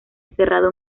encerrado